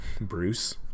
Bruce